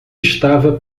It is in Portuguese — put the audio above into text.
estava